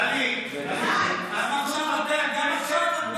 עכשיו את מנסה,